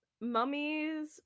mummies